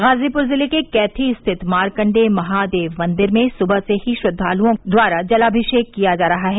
गाजीपुर जिले के कैथी स्थित मारकण्डेय महादेव मंदिर में सुबह से ही श्रद्वालुओं द्वारा जलामिषेक किया जा रहा है